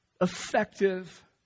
effective